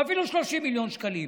או אפילו 30 מיליון שקלים.